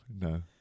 no